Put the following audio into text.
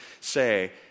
say